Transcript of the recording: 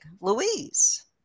Louise